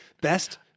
Best